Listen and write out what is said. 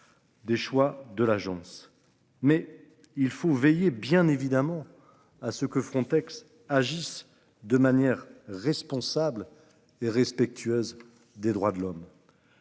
Des choix de l'agence. Mais il faut veiller bien évidemment à ce que Frontex agissent de manière responsable et respectueuse des droits de l'homme.